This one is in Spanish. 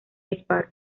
disparo